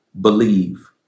believe